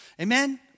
Amen